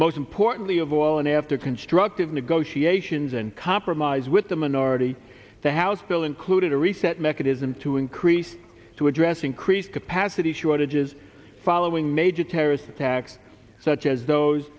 most importantly of all and after constructive negotiations and compromise with the minority the house bill included a reset mechanism to increase to address increased capacity shortages following major terrorist attacks such as those